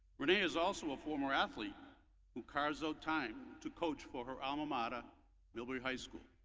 renee is also a former athlete who carves out time to coach for her alma mater millbury high school.